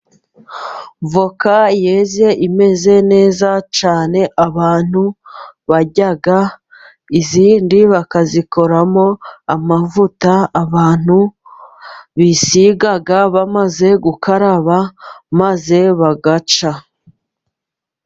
Voka yeze imeze neza cyane abantu barya, izindi bakazikoramo amavuta abantu bisiga bamaze gukaraba, maze bagacya.